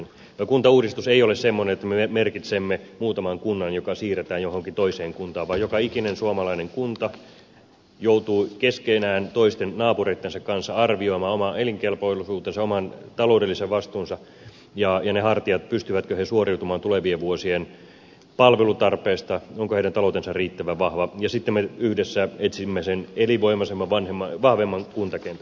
tämä kuntauudistus ei ole semmoinen että me merkitsemme muutaman kunnan joka siirretään johonkin toiseen kuntaan vaan joka ikinen suomalainen kunta joutuu keskenään toisten naapureittensa kanssa arvioimaan oman elinkelpoisuutensa oman taloudellisen vastuunsa ja ne hartiat pystyvätkö he suoriutumaan tulevien vuosien palvelutarpeesta onko heidän taloutensa riittävän vahva ja sitten me yhdessä etsimme sen elinvoimaisemman vahvemman kuntakentän